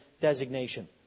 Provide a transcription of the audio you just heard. designation